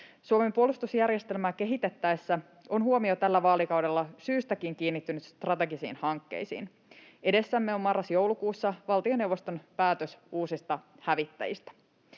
Suomen puolustusjärjestelmää kehitettäessä on huomio tällä vaalikaudella syystäkin kiinnittynyt strategisiin hankkeisiin. Edessämme on marras—joulukuussa valtioneuvoston päätös uusista hävittäjistä.